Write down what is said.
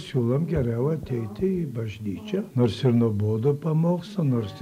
siūlom geriau ateiti į bažnyčią nors ir nuobodų pamokslą nors ir